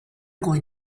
going